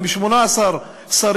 עם 18 שרים,